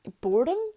boredom